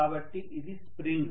కాబట్టి ఇది స్ప్రింగ్